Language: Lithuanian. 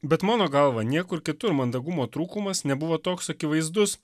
bet mano galva niekur kitur mandagumo trūkumas nebuvo toks akivaizdus